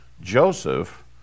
Joseph